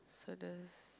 so the